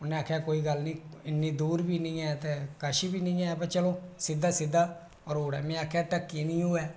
उनें आखेआ कोई गल्ल नेईं इन्नी दूर बी नेईं ऐ किश बी नेईं ऐ उ'नें सिद्धा सिद्धा करी ओड़ेआ